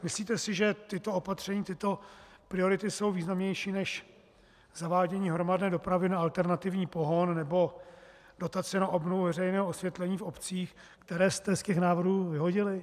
Myslíte si, že tato opatření, tyto priority jsou významnější než zavádění hromadné dopravy na alternativní pohon nebo dotace na obnovu veřejného osvětlení v obcích které jste z těch návrhů vyhodili?